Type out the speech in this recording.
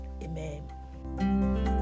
amen